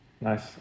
Nice